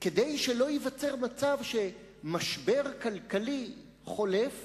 כדי שלא ייווצר מצב שמשבר כלכלי חולף